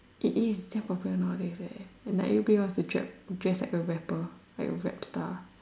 it is damn popular nowadays eh and like everybody wants to dress dress like the rapper like a rap star